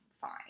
Fine